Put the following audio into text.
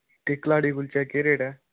ते कलाड़ी कुलचे दा केह् रेट ऐ